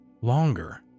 longer